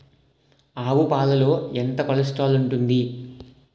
ఆవు పాలలో ఎంత కొలెస్ట్రాల్ ఉంటుంది?